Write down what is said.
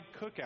cookout